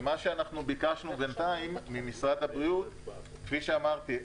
ומה שאנחנו ביקשנו בינתיים ממשרד הבריאות כפי שאמרתי,